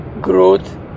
growth